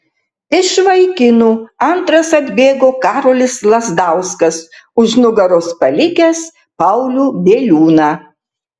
iš vaikinų antras atbėgo karolis lazdauskas už nugaros palikęs paulių bieliūną